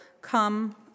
come